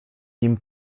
nim